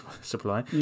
supply